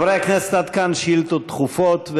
חברי הכנסת, עד כאן שאילתות דחופות.